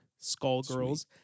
Skullgirls